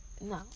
No